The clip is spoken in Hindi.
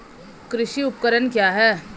कृषि उपकरण क्या है?